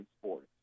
sports